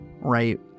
right